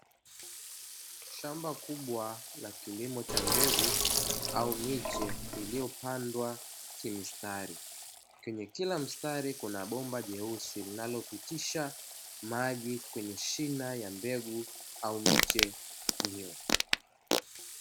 Shamba kubwa la kilimo cha mbegu au miche iliyopandwa kimstari. kwenye kila mstari kuna bomba jeusi linalopitisha maji kwenye shina ya mbegu au miche hiyo.